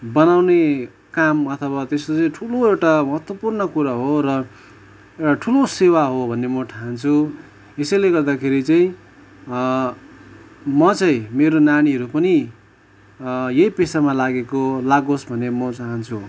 बनाउने काम अथवा त्यसको चाहिँ ठुलो एउटा महत्त्वपूर्ण कुरा हो र एउटा ठुलो सेवा हो भन्ने म ठान्छु यसैले गर्दाखेरि चाहिँ म चाहिँ मेरो नानीहरू पनि यही पेसामा लागेको लागोस् भन्ने म चाहन्छु